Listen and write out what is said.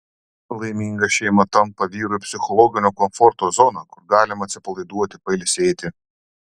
laiminga šeima tampa vyrui psichologinio komforto zona kur galima atsipalaiduoti pailsėti